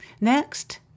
Next